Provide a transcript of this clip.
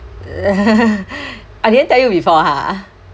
I didn't tell you before ah